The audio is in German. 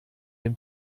dem